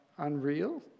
Unreal